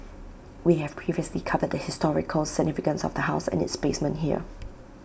we have previously covered the historical significance of the house and its basement here